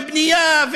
ובנייה,